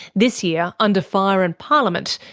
this year, under fire in parliament,